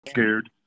scared